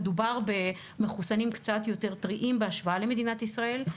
מדובר במחוסנים קצת יותר טריים בהשוואה למדינת ישראל.